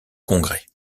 congrès